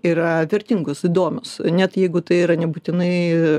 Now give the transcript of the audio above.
yra vertingos įdomios net jeigu tai yra nebūtinai